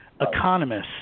economists